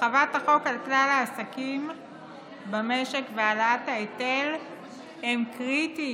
הרחבת החוק לכלל העסקים במשק והעלאת ההיטל הן קריטיות